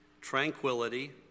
tranquility